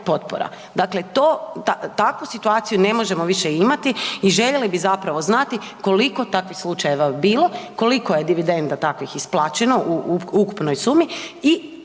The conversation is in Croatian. potpora. Dakle, to, takvu situaciju ne možemo više imati i željeli bi zapravo znati koliko takvih slučajeva je bilo, koliko je dividenda takvih isplaćeno u ukupnoj sumi i